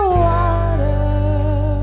water